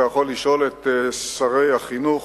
אתה יכול לשאול את שרי החינוך,